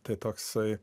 tai toksai